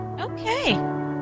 Okay